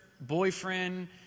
boyfriend